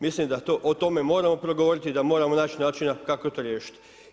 Mislim da o tome moramo progovoriti, da moramo naći načina kako to riješiti.